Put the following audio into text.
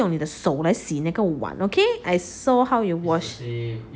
用你的手来洗那个碗 okay I saw how you wash